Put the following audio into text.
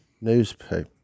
newspaper